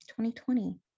2020